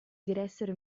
diressero